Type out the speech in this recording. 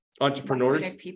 entrepreneurs